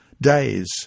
days